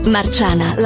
Marciana